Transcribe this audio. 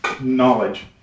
Knowledge